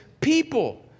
People